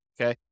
okay